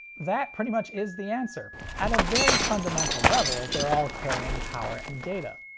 that pretty much is the answer. at a very fundamental level, they're all carrying power and data.